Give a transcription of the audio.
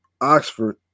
Oxford